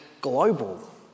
global